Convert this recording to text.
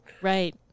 Right